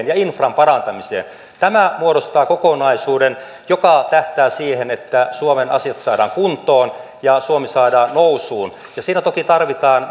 ja infran parantamiseen tämä muodostaa kokonaisuuden joka tähtää siihen että suomen asiat saadaan kuntoon ja suomi saadaan nousuun siinä toki tarvitaan